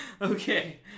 Okay